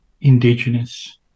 Indigenous